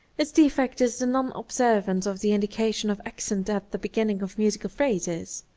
his defect is the non-observance of the indication of accent at the beginning of musical phrases.